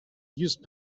used